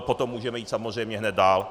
Potom můžeme jít samozřejmě hned dál.